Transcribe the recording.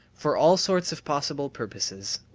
for all sorts of possible purposes.